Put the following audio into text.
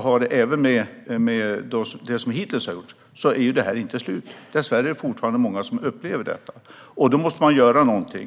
som Annie Lööf säger, inte över. Dessvärre upplever fortfarande många detta våld, och då måste något göras.